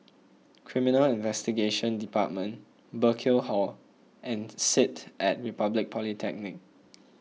Criminal Investigation Department Burkill Hall and Sit at Republic Polytechnic